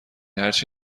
هرچی